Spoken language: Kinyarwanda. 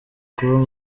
kuba